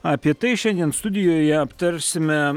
apie tai šiandien studijoje aptarsime